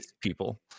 people